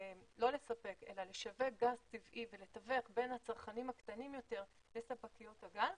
דואגות לשווק גז טבעי ולתווך בין הצרכנים הקטנים לספקיות הגז